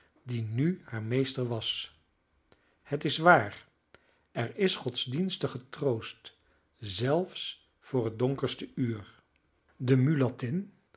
die nu haar meester was het is waar er is godsdienstige troost zelfs voor het donkerste uur de mulattin